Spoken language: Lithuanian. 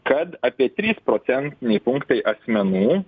kad apie trys procentiniai punktai asmenų